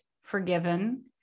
forgiven